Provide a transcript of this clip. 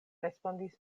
respondis